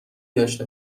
داشته